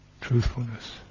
Truthfulness